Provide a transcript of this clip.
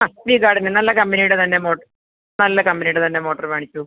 ആ വി ഗാർഡിൻ്റെ നല്ല കമ്പനീടെ തന്നെ നല്ല കമ്പനീടെ തന്നെ മോട്ടറ് വാങ്ങിച്ചോ